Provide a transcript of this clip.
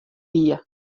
wie